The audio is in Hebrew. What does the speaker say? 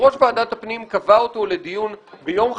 יושב-ראש ועדת הפנים קבע אותו לדיון ביום חמישי,